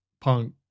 punk